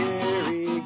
Gary